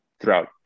throughout